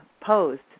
posed